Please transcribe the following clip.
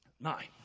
Nine